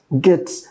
get